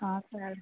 हाँ सर